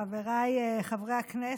חבריי חברי הכנסת,